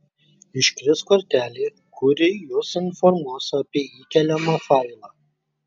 iškris kortelė kuri jus informuos apie įkeliamą failą